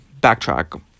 Backtrack